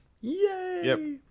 Yay